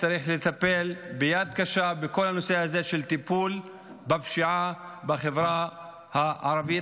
צריך לטפל ביד קשה בכל הנושא הזה של טיפול בפשיעה בחברה הערבית,